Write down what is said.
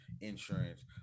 insurance